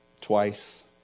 twice